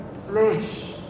Flesh